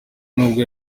nubwo